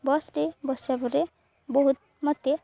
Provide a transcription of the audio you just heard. ବସ୍ରେ ବସିବା ପରେ ବହୁତ ମୋତେ